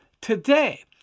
today